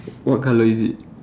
what colour is it